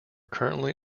currently